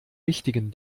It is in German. wichtigen